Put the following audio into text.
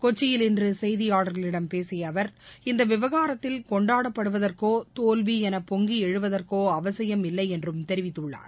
கொச்சியில் இன்றுசெய்தியாளர்களிடம் பேசியஅவர் இந்தவிவகாரத்தில் கொண்டாடப்படுவதற்கோதோல்விஎனபொங்கிஎழுவதற்கோஅவசியம் இல்லைஎன்றும் தெரிவித்துள்ளார்